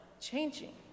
changing